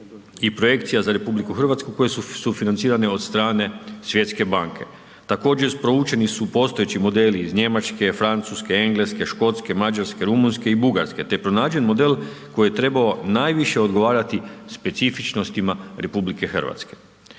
i projekcija za RH koje su sufinancirane od strane Svjetske banke. Također proučeni su postojeći modeli iz Njemačke, Francuske, Engleske, Škotske, Mađarske, Rumunjske i Bugarske te je pronađen model koji je trebao najviše odgovarati specifičnostima RH. Ovaj